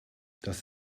das